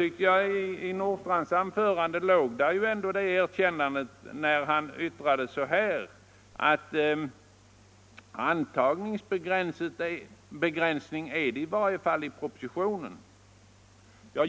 I herr Nordstrandhs anförande låg ändå ett erkännande, när han sade att propositionen innehåller en antagningsbegränsning. Jag gjorde då reflexionen: men så